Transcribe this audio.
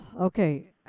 Okay